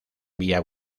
vía